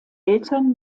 eltern